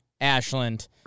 Ashland